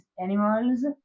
animals